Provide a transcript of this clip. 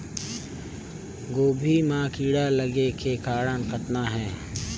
गोभी म कीड़ा लगे के कारण कतना हे?